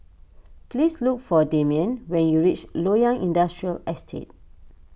please look for Demian when you reach Loyang Industrial Estate